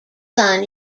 son